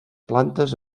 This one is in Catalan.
plantes